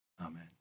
Amen